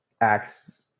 acts